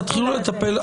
אז תתחילו לטפל.